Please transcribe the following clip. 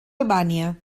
albània